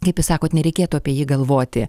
kaip jūs sakot nereikėtų apie jį galvoti